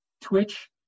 Twitch